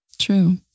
True